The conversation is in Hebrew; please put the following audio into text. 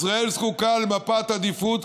ישראל זקוקה למפת עדיפות,